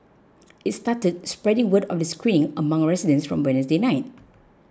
it started spreading word of the screen among residents from Wednesday night